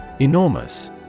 Enormous